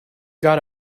got